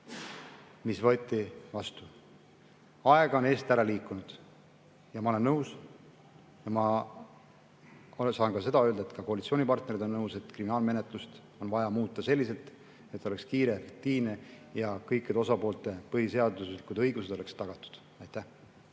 oli 2004. Aeg on eest ära liikunud ja ma olen nõus, ma saan öelda, et ka koalitsioonipartnerid on nõus, et kriminaalmenetlust on vaja muuta selliselt, et ta oleks kiire, efektiivne ja kõikide osapoolte põhiseaduslikud õigused oleksid tagatud. Aitäh!